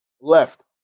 left